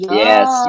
yes